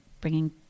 bringing